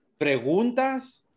Preguntas